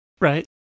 Right